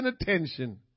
attention